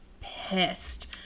pissed